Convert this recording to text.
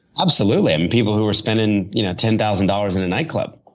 absolutely! and people who were spending you know ten thousand dollars in a night club.